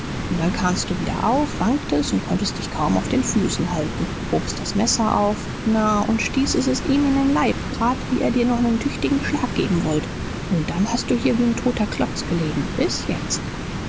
und dann kamst du wieder auf wanktest und konntest dich kaum auf den füßen halten hobst das messer auf na und stießest es ihm in den leib grad wie er dir noch nen tüchtigen schlag geben wollte und dann hast du hier wie n toter klotz gelegen bis jetzt